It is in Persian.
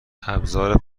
ابزار